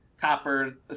copper